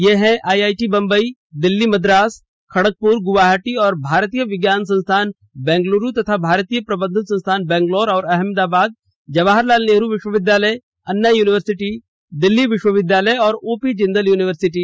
ये हैं आईआईटी बम्बई दिल्ली मद्रास खड़गपुर गुवाहाटी और भारतीय विज्ञान संस्थान बेंगलुरू तथा भारतीय प्रबंधन संस्थान बंगलोर और अहमदाबाद जवाहर लाल नेहरू विश्वविद्यालय अन्ना यूनिवर्सिटी दिल्ली विश्व विद्यालय और ओ पी जिन्दल यूनिवर्सिटी